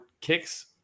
kicks